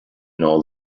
know